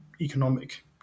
economic